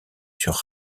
sur